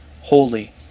holy